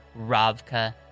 Ravka